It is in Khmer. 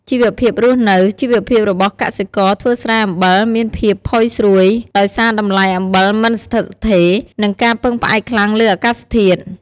ជីវភាពរស់នៅ ជីវភាពរបស់កសិករធ្វើស្រែអំបិលមានភាពផុយស្រួយ ដោយសារតម្លៃអំបិលមិនស្ថិតស្ថេរ និងការពឹងផ្អែកខ្លាំងលើអាកាសធាតុ។